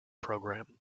program